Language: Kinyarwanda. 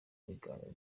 biganiro